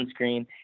sunscreen